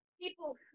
people